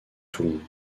toulon